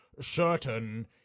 certain